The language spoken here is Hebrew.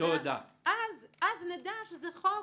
אז נדע שזה חוק